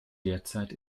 derzeit